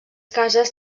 cases